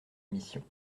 mission